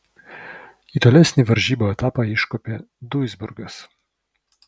į tolesnį varžybų etapą iškopė duisburgas